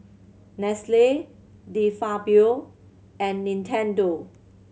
Nestle De Fabio and Nintendo